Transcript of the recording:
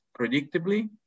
predictably